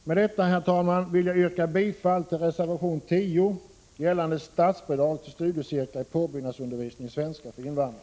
Med detta, herr talman, vill jag yrka bifall till reservation 10 gällande statsbidrag till studiecirklar i påbyggnadsundervisning i svenska för invandrare.